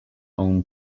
own